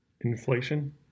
Inflation